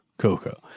Cocoa